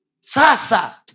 Sasa